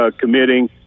committing